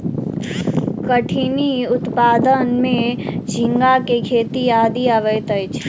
कठिनी उत्पादन में झींगा के खेती आदि अबैत अछि